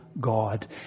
God